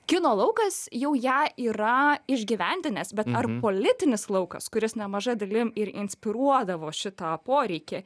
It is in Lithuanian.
kino laukas jau ją yra išgyvendinęs bet ar politinis laukas kuris nemaža dalim ir inspiruodavo šitą poreikį